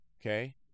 Okay